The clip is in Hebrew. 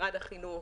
משרד החינוך,